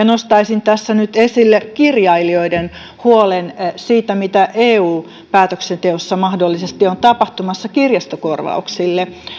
nostaisin tässä nyt esille kirjailijoiden huolen siitä mitä eu päätöksenteossa mahdollisesti on tapahtumassa kirjastokorvauksille